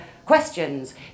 questions